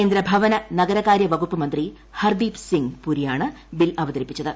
കേന്ദ്ര ഭവന നഗരകാര്യ വകുപ്പ് മന്ത്രി ഹർദ്ദീപ് സിങ് പുരിയാണ് ബിൽ അവതരിപ്പിച്ചത്